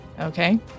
okay